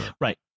right